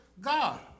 God